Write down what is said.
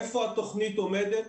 איפה התוכנית עומדת?